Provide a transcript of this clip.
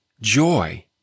joy